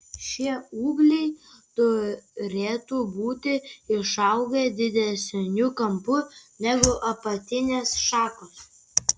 šie ūgliai turėtų būti išaugę didesniu kampu negu apatinės šakos